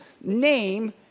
name